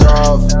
off